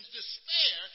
despair